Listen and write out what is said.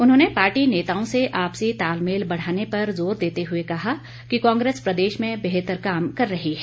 उन्होंने पार्टी नेताओं से आपसी तालमेल बढ़ाने पर जोर देते हुए कहा कि कांग्रेस प्रदेश में बेहतर काम कर रही है